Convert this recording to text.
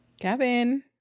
Kevin